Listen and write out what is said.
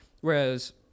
whereas